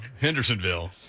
Hendersonville